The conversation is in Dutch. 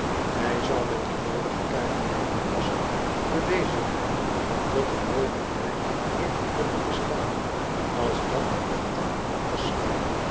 hij zou met de noodige kaarten en kompassen bewezen hebben dat er nooit een rijk heeft kunnen bestaan als dat van